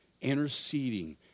interceding